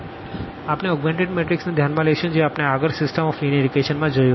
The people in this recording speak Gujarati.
આપણે ઓગ્મેનટેડ મેટ્રિક્સ ને ધ્યાન માં લેશું જે આપણે આગળ સીસ્ટમ ઓફ લીનીઅર ઇક્વેશન માં જોયું હતું